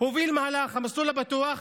הוביל מהלך, המסלול הבטוח,